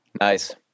Nice